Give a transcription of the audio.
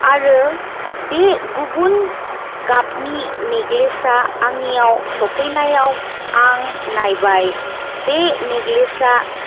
आरो बे गुबुन गाबनि नेक्लेस आ आंनियाव सफैनायाव आं नायबाय बे नेक्लेस आ